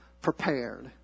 prepared